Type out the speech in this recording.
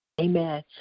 Amen